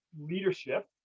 leadership